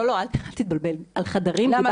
לא, לא, אל תתבלבל, על חדרים דיברתי --- למה?